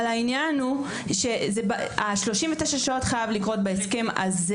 אבל העניין של ה-39 שעות חייב לקרות בהסכם הזה